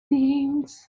things